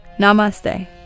Namaste